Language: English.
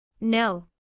No